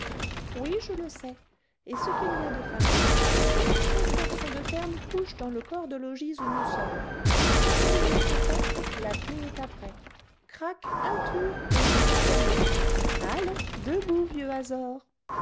oui je le sais et ce qu'il y a de fameux c'est qu'un seul garçon de ferme couche dans le corps de logis où nous sommes je sais où est sa porte la clef est après crac un tour et il est enfermé allons debout vieux